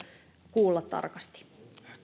kuulla tarkasti